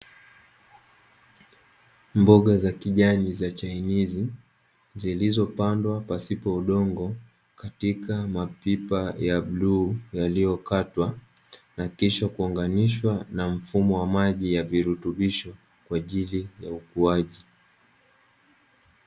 Mboga za kijani za chainizi zilizopandwa pasipo udongo katika mapipa ya bluu yaliyokatwa, na kisha kuunganishwa na mfumo wa maji wa virutubisho kwaajili ya ukuaji.